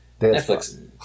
Netflix